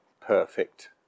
perfect